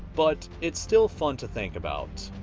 but, it's still fun to think about.